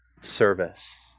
service